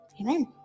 Amen